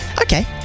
okay